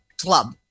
Club